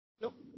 Nope